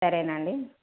సరే అండి